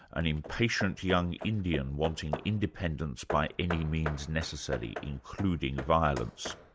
an impatient young indian, wanting independence by any means necessary, including violence.